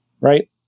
right